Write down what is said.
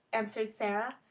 answered sara.